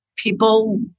people